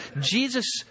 jesus